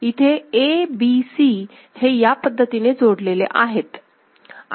इथे ABC हे या पद्धतीने जोडलेले आहेत